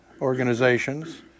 organizations